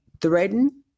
threaten